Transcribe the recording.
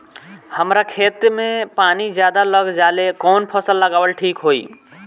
हमरा खेत में पानी ज्यादा लग जाले कवन फसल लगावल ठीक होई?